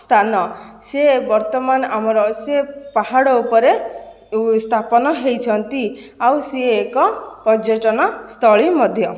ସ୍ଥାନ ସିଏ ବର୍ତ୍ତମାନ ଆମର ସିଏ ପାହାଡ଼ ଉପରେ ସ୍ଥାପନ ହେଇଛନ୍ତି ଆଉ ସିଏ ଏକ ପର୍ଯ୍ୟଟନସ୍ଥଳୀ ମଧ୍ୟ